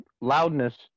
Loudness